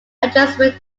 adjustment